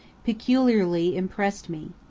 peculiarly impressed me.